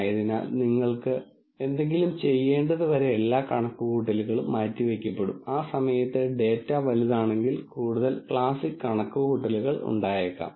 ഇപ്പോൾ നമ്മൾ ഈ ഡാറ്റയെ കുറിച്ചും ബൈനറി ക്ലാസിഫിക്കേഷൻ പ്രോബ്ളത്തെ കുറിച്ചും സംസാരിച്ചപ്പോൾ നമ്മൾ 2 ക്ലാസുകൾ x1 x2 എന്നിവയെക്കുറിച്ചാണ് സംസാരിച്ചത് എന്നാൽ വാസ്തവത്തിൽ ഒന്നിലധികം ക്ലാസുകൾ ഉള്ളിടത്ത് പ്രോബ്ളങ്ങൾ ഉണ്ടാകാം